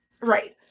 right